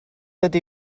ydy